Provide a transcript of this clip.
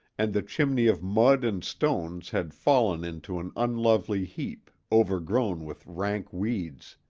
and the chimney of mud and stones had fallen into an unlovely heap, overgrown with rank weeds.